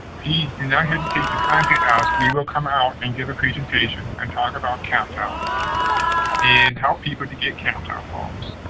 please do not hesitate to contact us. we will come out and give a presentation and talk about captel and help people to get captel phones.